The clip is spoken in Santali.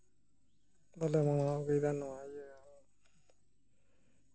ᱫᱚᱞᱮ ᱢᱟᱱᱟᱣ ᱟᱹᱜᱩᱭᱫᱟ ᱱᱚᱣᱟ ᱤᱭᱟᱹ